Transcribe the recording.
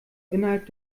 innerhalb